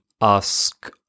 ask